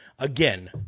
again